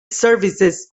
services